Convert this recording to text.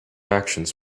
actions